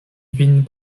vin